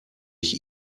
ich